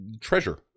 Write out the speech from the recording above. treasure